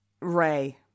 Ray